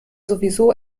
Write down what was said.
sowieso